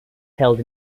held